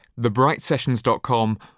thebrightsessions.com